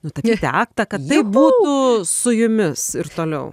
nutapyti aktą kad tai būtų su jumis ir toliau